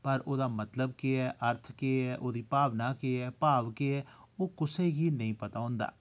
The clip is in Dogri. पर ओह्दा मतलब केह् ऐ अर्थ केह् ऐ ओह्दी भावना केह् ऐ भाव केह् ऐ ओह् कुसै गी नेईं पता होंदा